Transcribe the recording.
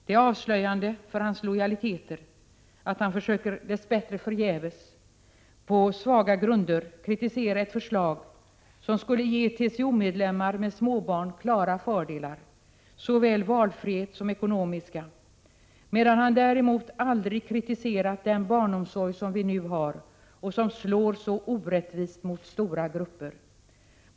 Det är avslöjande för hans lojaliteter att han, dess bättre förgäves, försöker på svaga grunder kritisera ett förslag som skulle ge TCO:s medlemmar med små barn klara fördelar — såväl valfrihet som ekonomiska fördelar. Han har däremot aldrig kritiserat den barnomsorg vi nu har och som slår så orättvist mot stora grupper.